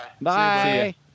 Bye